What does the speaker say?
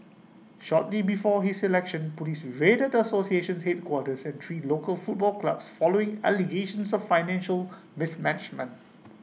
shortly before his election Police raided the association's headquarters and three local football clubs following allegations of financial mismanagement